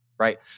right